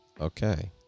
Okay